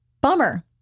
bummer